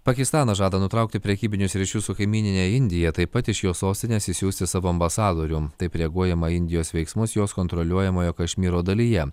pakistanas žada nutraukti prekybinius ryšius su kaimynine indija taip pat iš jo sostinės išsiųsti savo ambasadorių taip reaguojama į indijos veiksmus jos kontroliuojamoje kašmyro dalyje